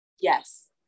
Yes